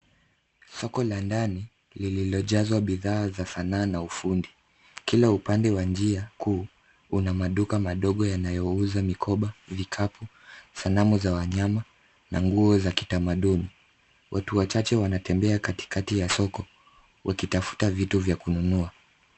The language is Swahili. Soko la ndani lililojazwa bidhaa za sanaa na ufundi. Kila upande wa njia kuu una maduka madogo yanayouza mikoba, vikapu, sanamu za wanyama na nguo za kitamaduni. Watu wachache wanatembea katikati ya soko wakitafuta vitu vya kununua.